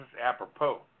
apropos